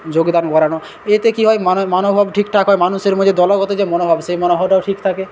যোগদান করানো এতে কী হয় মানে মনোভাব ঠিকঠাক হয় মানুষের মধ্যে দলগত যে মনোভাবটা সেই মনোভাবটাও ঠিক থাকে